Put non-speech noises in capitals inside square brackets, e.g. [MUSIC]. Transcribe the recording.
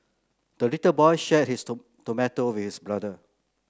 the little boy shared his [UNINTELLIGIBLE] tomato with brother